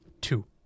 two